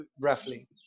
Roughly